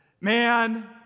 Man